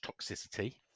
toxicity